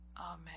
Amen